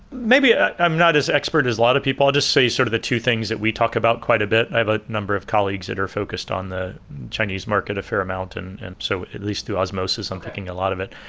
maybe i'm not as expert as a lot of people, i'll just say sort of the two things that we talk about quite a bit. i have a number of colleagues that are focused on the chinese market a fair amount, and and so at least through osmosis i'm thinking a lot of it.